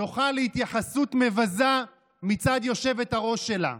זוכה להתייחסות מבזה מצד היושבת-ראש שלה.